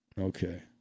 okay